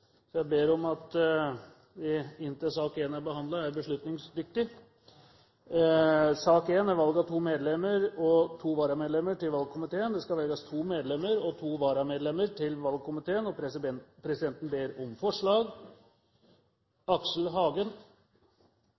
så jeg ber om at vi inntil sak nr. 1 er behandlet, er beslutningsdyktige. Det skal velges to medlemmer og to varamedlemmer til valgkomiteen, og presidenten ber om forslag.